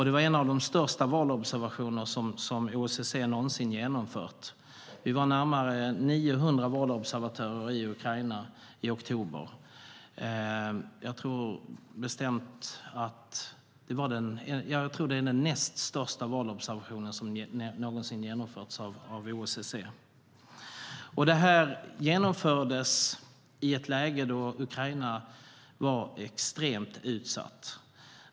Det var en av de största valobservationer som OSSE någonsin genomfört. Vi var närmare 900 valobservatörer i Ukraina i oktober. Jag tror att det är den näst största valobservation som någonsin genomförts av OSSE. Det här genomfördes i ett läge då Ukraina var extremt utsatt.